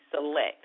select